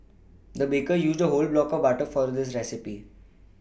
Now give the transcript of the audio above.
the baker used a whole block of butter for this recipe